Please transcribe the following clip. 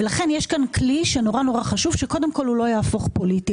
לכן יש כאן כלי ומאוד מאוד חשוב שהוא לא יהפוך לפוליטי.